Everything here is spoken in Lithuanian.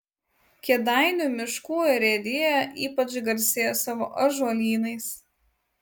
kėdainių miškų urėdija ypač garsėja savo ąžuolynais